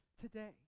today